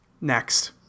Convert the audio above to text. Next